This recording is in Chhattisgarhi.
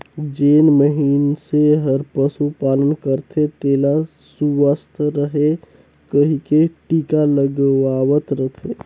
जेन मइनसे हर पसु पालन करथे तेला सुवस्थ रहें कहिके टिका लगवावत रथे